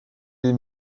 les